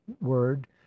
word